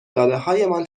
دادههایمان